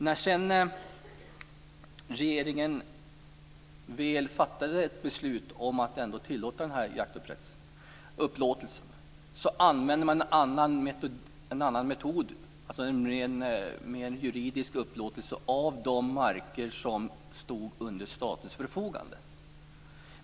När sedan regeringen väl fattade ett beslut om att ändå tillåta den här jakträttsupplåtelsen använde man en annan metod. Man använde sig av en mer juridisk upplåtelse av de marker som stod under statens förfoganderätt.